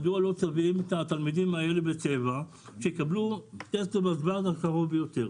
מדוע לא צובעים את התלמידים האלה בצבע שיקבלו את הזמן הקרוב ביותר.